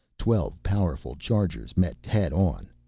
twelve powerful chargers met head on,